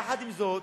יחד עם זאת,